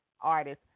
Artist